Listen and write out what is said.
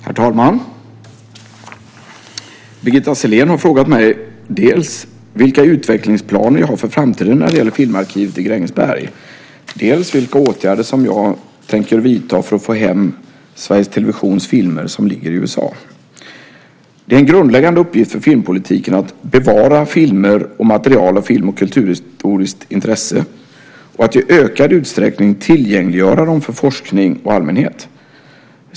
Herr talman! Birgitta Sellén har frågat mig dels vilka utvecklingsplaner jag har för framtiden när det gäller Filmarkivet i Grängesberg, dels vilka åtgärder jag avser att vidta för att få hem SVT:s filmer som ligger i USA. Det är en grundläggande uppgift för filmpolitiken att bevara filmer och material av film och kulturhistoriskt intresse och att i ökad utsträckning tillgängliggöra dem för forskning och allmänhet.